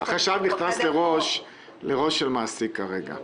החשב נכנס לראש של מעסיק כרגע.